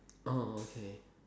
orh okay